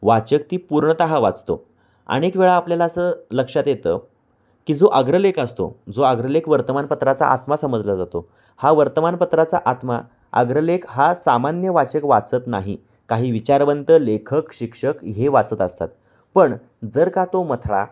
वाचक ती पूर्णतः वाचतो अनेक वेळा आपल्याला असं लक्षात येतं की जो अग्रलेख असतो जो अग्रलेख वर्तमानपत्राचा आत्मा समजला जातो हा वर्तमानपत्राचा आत्मा अग्रलेख हा सामान्य वाचक वाचत नाही काही विचारवंत लेखक शिक्षक हे वाचत असतात पण जर का तो मथळा